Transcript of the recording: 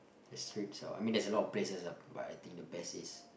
the streets I mean there's a lot of places but I think the best is